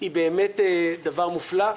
היא באמת דבר מופלא.